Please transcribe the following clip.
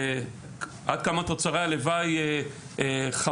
ועד כמה תוצרי הלוואי של סמים הם חמורים,